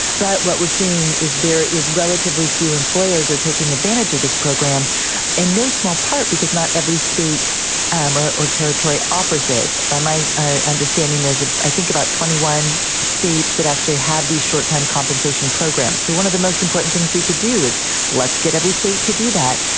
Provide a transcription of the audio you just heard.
but what we're seeing is there is relatively few employers are taking advantage of this program in no small part, because not every state um ah or territory offers it. by my ah understanding, there's ah i think about twenty one states that actually have these short time compensation programs. so one of the most important things we could do is let's get every state to do that.